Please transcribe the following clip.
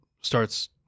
starts